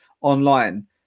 online